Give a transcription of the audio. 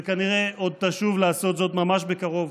וכנראה עוד תשוב לעשות זאת ממש בקרוב,